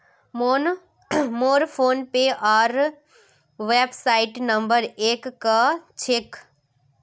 मोर फोनपे आर WhatsApp number एक क छेक